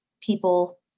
people